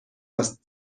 است